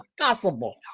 possible